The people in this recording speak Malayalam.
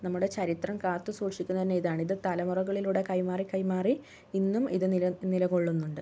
നമ്മുടെ ചരിത്രം കാത്തുസൂക്ഷിക്കുന്നത് തന്നെ ഇതാണ് ഇത് തലമുറകളിലൂടെ കൈമാറി കൈമാറി ഇന്നും ഇത് നില നിലകൊള്ളുന്നുണ്ട്